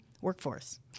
Workforce